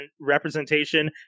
representation